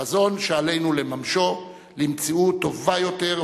חזון שעלינו לממשו למציאות טובה יותר,